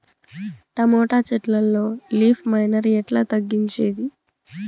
Tomato చెట్లల్లో leaf miner ఎట్లా తగ్గించేది?